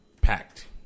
Packed